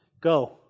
Go